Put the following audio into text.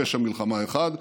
פשע מלחמה אחד,